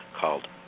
called